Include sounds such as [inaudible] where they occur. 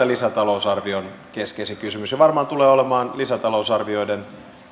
[unintelligible] lisätalousarvion keskeisin kysymys ja varmaan tulee olemaan lisätalousarvioiden